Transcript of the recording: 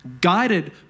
guided